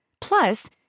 Plus